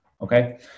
Okay